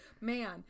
Man